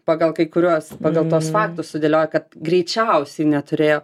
pagal kai kuriuos pagal tuos faktus sudėlioję kad greičiausiai neturėjo